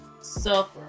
suffer